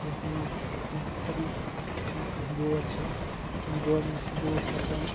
یتھ منٛز کانٛہہ أڑٕج یا کانٛہہ جور چھِ تمہِ جورٕ نش چھِ دور سَپدان